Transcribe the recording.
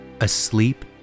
asleep